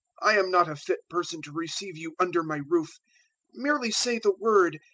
i am not a fit person to receive you under my roof merely say the word,